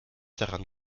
daran